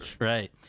Right